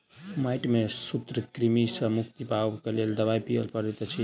माइट में सूत्रकृमि सॅ मुक्ति पाबअ के लेल दवाई दियअ पड़ैत अछि